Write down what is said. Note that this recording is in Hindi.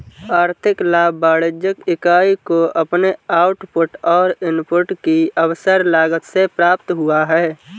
आर्थिक लाभ वाणिज्यिक इकाई को अपने आउटपुट और इनपुट की अवसर लागत से प्राप्त हुआ है